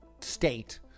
state